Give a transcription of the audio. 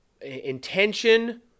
intention